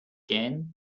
began